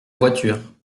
voiture